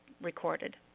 recorded